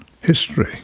history